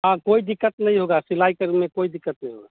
हाँ कोई दिक्कत नहीं होगा सिलाई करने में कोई दिक्कत नहीं होगा